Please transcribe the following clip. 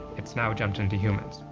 it's now jumped into humans.